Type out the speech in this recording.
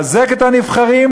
לחזק את הנבחרים,